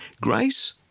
Grace